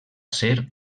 ser